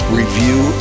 review